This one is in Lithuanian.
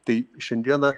tai šiandieną